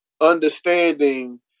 understanding